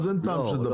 אז אין טעם שנדבר,